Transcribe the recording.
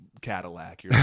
Cadillac